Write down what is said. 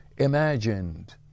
imagined